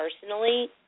personally